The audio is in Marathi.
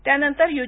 त्यानंतर यू